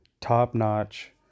top-notch